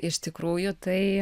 iš tikrųjų tai